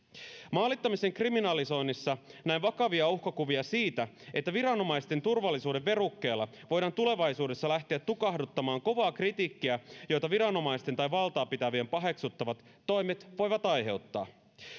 maalittamisen kriminalisoinnissa näen vakavia uhkakuvia siitä että viranomaisten turvallisuuden verukkeella voidaan tulevaisuudessa lähteä tukahduttamaan kovaa kritiikkiä joita viranomaisten tai valtaa pitävien paheksuttavat toimet voivat aiheuttaa